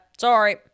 Sorry